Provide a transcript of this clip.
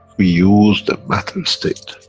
we use the matter-state